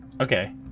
Okay